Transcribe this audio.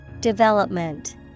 Development